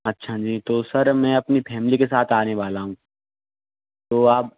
अच्छा जी तो सर मैं अपनी फैमिली के साथ आने वाला हूँ तो आप